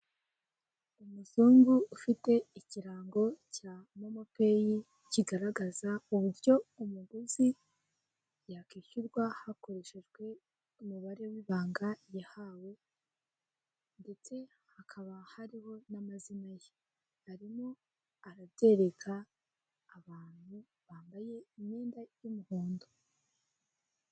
Umuzungu ufite ikirango cya momo peyi kigaragaza uburyo umuguzi yakwishyurwa hakoreshejwe umubare w'ibanga yahawe ndetse hakaba hariho n'amazina ye arimo arabyereka abantu bambaye imyenda y'umuhondo.